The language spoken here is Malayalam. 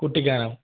കുട്ടിക്കാനം